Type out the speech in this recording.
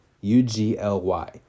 U-G-L-Y